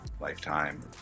Lifetime